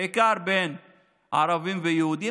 בעיקר בין ערבים ליהודים.